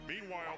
Meanwhile